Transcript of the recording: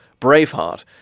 Braveheart